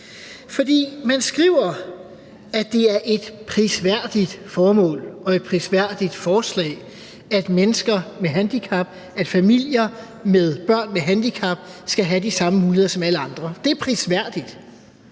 For man skriver, at det er et prisværdigt formål og et prisværdigt forslag, at familier med børn med handicap skal have de samme muligheder som alle andre. Det er prisværdigt